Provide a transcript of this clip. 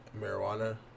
marijuana